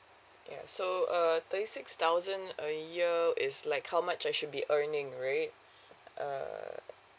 ya so uh thirty six thousand a year is like how much I should be earning right err